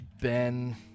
Ben